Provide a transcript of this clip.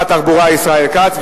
ישיב שר התחבורה ישראל כץ.